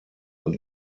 und